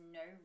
no